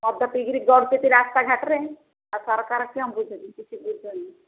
ମଦ ପିଇିକିରି ଗଡୁଛନ୍ତି ରାସ୍ତା ଘାଟରେ ଆଉ ସରକାର କ'ଣ ବୁଝୁଛି କିଛି ବୁଝୁନି